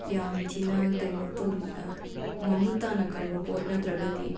ꯌꯥꯝꯅ ꯊꯤꯅ ꯀꯩꯅꯣ ꯇꯧ ꯃꯃꯨꯠ ꯇꯥꯅ ꯈꯪꯕ ꯄꯣꯠ ꯅꯠꯇ꯭ꯔꯒꯗꯤ